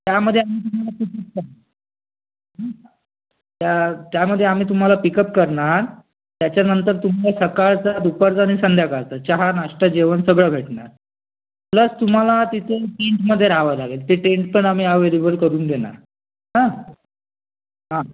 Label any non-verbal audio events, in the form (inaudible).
त्यामध्ये (unintelligible) त्या त्यामध्ये आम्ही तुम्हाला पिकअप करणार त्याच्यानंतर तुम्हाला सकाळचं दुपारचं आणि संध्याकाळचं चहा नास्ता जेवण सगळं भेटणार प्लस तुम्हाला तिथं टेंटमध्ये रहावं लागेल ते टेंट पण आम्ही अवेलेबल करून देणार